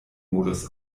modus